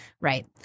Right